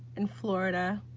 in florida.